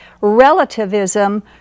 relativism